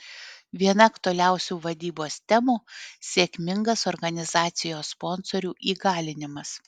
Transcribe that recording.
viena aktualiausių vadybos temų sėkmingas organizacijos sponsorių įgalinimas